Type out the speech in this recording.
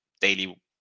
daily